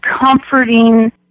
comforting